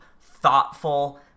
thoughtful